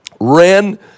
ran